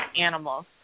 animals